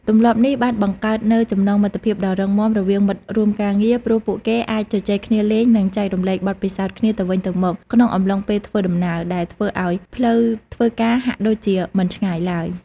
ទម្លាប់នេះបានបង្កើតនូវចំណងមិត្តភាពដ៏រឹងមាំរវាងមិត្តរួមការងារ ព្រោះពួកគេអាចជជែកគ្នាលេងនិងចែករំលែកបទពិសោធន៍គ្នាទៅវិញទៅមកក្នុងអំឡុងពេលធ្វើដំណើរ ដែលធ្វើឱ្យផ្លូវធ្វើការហាក់ដូចជាមិនឆ្ងាយឡើយ។